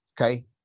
okay